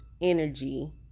energy